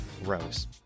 Rose